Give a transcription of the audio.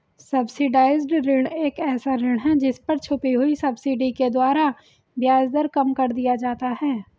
subsidised ऋण एक ऐसा ऋण है जिस पर छुपी हुई सब्सिडी के द्वारा ब्याज दर कम कर दिया जाता है